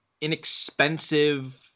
inexpensive